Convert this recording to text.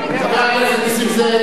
חבר הכנסת נסים זאב.